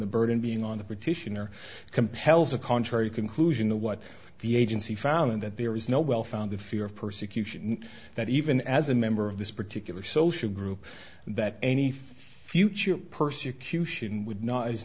the burden being on the petition or compels a contrary conclusion to what the agency found and that there is no well founded fear of persecution that even as a member of this particular social group that any future persecution would not i